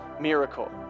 miracle